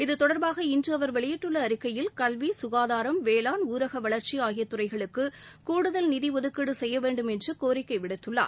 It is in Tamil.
இது தொடர்பாக இன்று அவர் வெளியிட்டுள்ள அறிக்கையில் கல்வி சுகாதாரம் வேளாண் ஊரக வளர்ச்சி ஆகிய துறைகளுக்கு கூடுதல் நிதி ஒதுக்கீடு செய்ய வேண்டும் என்று கோரிக்கை விடுத்துள்ளார்